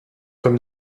comme